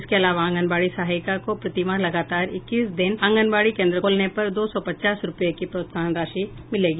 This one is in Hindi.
इसके अलावा आंगनबाड़ी सहायिका को प्रतिमाह लगातार इक्कीस दिन आंगनबाड़ी केन्द्र खोलने पर दो सौ पचास रूपये की प्रोत्साहन राशि मिलेगी